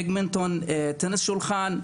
בדמינטון, טניס שולחן,